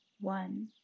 One